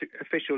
official